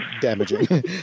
damaging